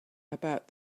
about